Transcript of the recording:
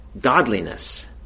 godliness